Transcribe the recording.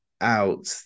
out